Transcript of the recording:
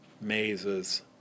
mazes